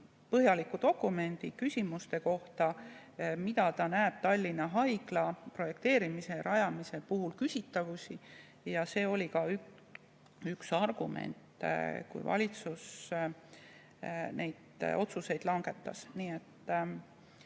põhjaliku dokumendi küsitavuste kohta, mida ta näeb Tallinna Haigla projekteerimise ja rajamise puhul. See oli ka üks argument, kui valitsus neid otsuseid langetas.